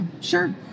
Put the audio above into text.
Sure